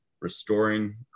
restoring